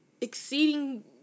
exceeding